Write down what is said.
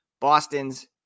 Boston's